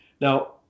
Now